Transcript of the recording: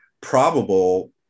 probable